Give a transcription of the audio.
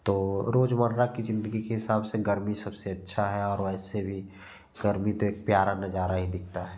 तो रोजमर्रा की जिंदगी के हिसाब से गर्मी सबसे अच्छा है और वैसे भी गर्मी तो एक प्यार नजारा ही दिखता है